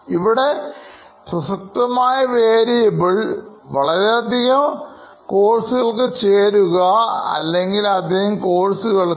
ഇവിടെ പ്രസക്തമായ വേരിയബിൾ വളരെയധികം കോഴ്സുകൾക്ക് ചേരുക അല്ലെങ്കിൽ അധികം കോഴ്സുകൾക്ക്